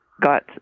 got